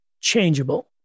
changeable